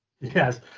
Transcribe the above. Yes